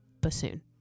bassoon